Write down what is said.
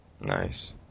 Nice